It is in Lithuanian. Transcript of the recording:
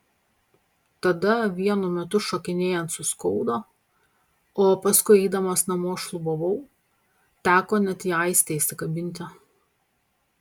tada vienu metu šokinėjant suskaudo o paskui eidamas namo šlubavau teko net į aistę įsikabinti